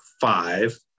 five